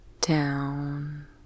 down